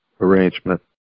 arrangement